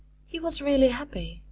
he was really happy,